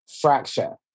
fracture